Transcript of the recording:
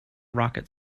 rocket